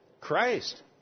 Christ